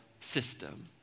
system